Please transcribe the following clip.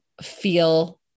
feel